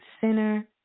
center